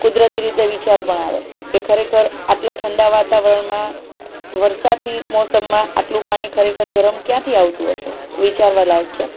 કુદરતી રીતે વિચાર પણ આવે કે ખરેખર આટલા ઠંડા વાતાવરણમાં વરસાદની મોસમમાં આટલું પાણી ગરમ ખરેખર ક્યાંથી આવતું હશે વિચારવા લાયક છે